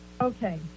okay